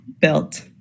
built